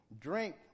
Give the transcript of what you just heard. drink